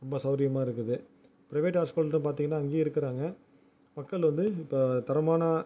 ரொம்ப சௌகரியமா இருக்குது ப்ரைவேட் ஹாஸ்பிட்டல் தான் பார்த்திங்கன்னா அங்கேயும் இருக்கிறாங்க மக்கள் வந்து இப்போது தரமான